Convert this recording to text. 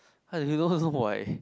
there's no reason why